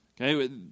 okay